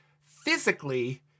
physically